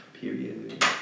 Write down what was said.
Period